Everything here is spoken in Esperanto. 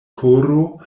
koro